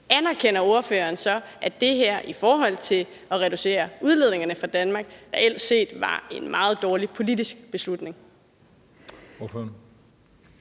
anerkender ordføreren så, at i forhold til at reducere udledningen fra Danmark var det her reelt set en meget dårlig politisk beslutning?